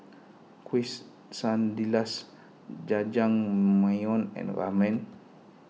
Quesadillas Jajangmyeon and Ramen